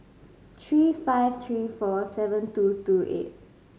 three five three four seven two two eight